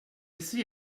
say